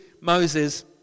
Moses